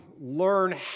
learn